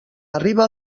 arriba